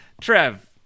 Trev